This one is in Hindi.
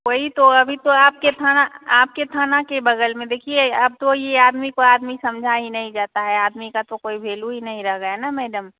वही तो अभी तो आपके थाना आपके थाना के बगल में देखिए अब तो ये आदमी को आदमी समझा ही नहीं जाता है आदमी का तो कोई वेलू ही नहीं रह गया है ना मेडम